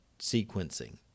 sequencing